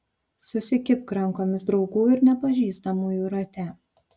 susikibk rankomis draugų ir nepažįstamųjų rate